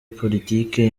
politike